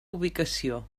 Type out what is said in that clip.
ubicació